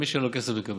מי שאין לו כסף מקבל.